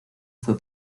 fue